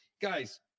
guys